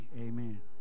Amen